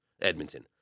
Edmonton